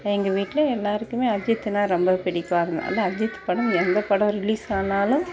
எங்கள் வீட்டில் எல்லாேருக்குமே அஜித்னால் ரொம்ப பிடிக்கும் அதனால அஜித் படம் எந்த படம் ரிலீஸ் ஆனாலும்